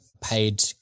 paid